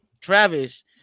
Travis